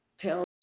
Tell